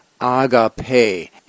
agape